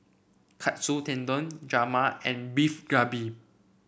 Katsu Tendon Rajma and Beef Galbi